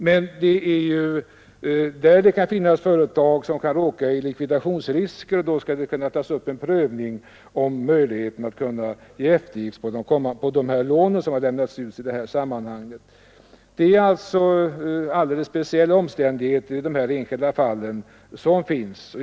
Men det kan finnas företag som råkar i likvidationsrisk, och då skall man kunna ta upp en prövning om möjligheterna till eftergift beträffande de lån som lämnats. Det är alltså alldeles speciella omständigheter i de här enskilda fallen.